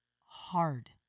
hard